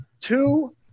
Two